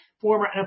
former